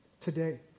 today